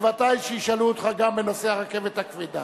בוודאי ישאלו אותך גם בנושא הרכבת הכבדה.